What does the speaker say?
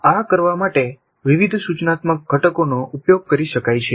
આ કરવા માટે વિવિધ સૂચનાત્મક ઘટકોનો ઉપયોગ કરી શકાય છે